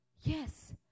Yes